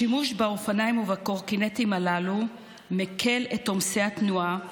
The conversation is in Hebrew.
השימוש באופניים ובקורקינטים הללו מקל את עומסי התנועה,